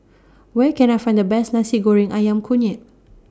Where Can I Find The Best Nasi Goreng Ayam Kunyit